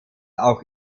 auch